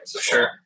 sure